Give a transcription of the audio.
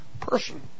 person